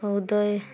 ହଉ ଦୟେ